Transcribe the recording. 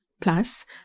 Plus